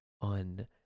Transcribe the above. on